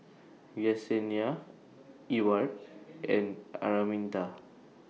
Yesenia Ewart and Araminta